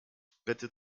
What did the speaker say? bitte